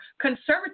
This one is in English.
Conservative